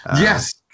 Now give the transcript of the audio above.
yes